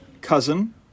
cousin